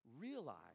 realize